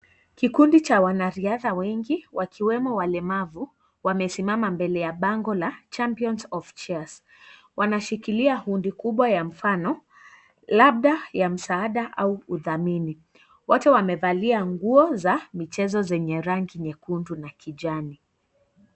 Kikundi cha wanariadha wengi wakiwemo walemavu wamesimama mbele ya bango la champions of cheers wanashikilia kundi kubwa ya mfano labda ya msaada au udhamini wote wamevalia nguo za michezo zenye rangi nyekundu na kijani.